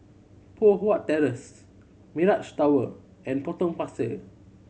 Poh Huat Terrace Mirage Tower and Potong Pasir